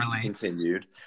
continued